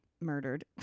murdered